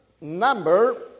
number